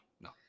no